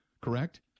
correct